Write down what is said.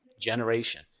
Generation